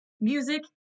music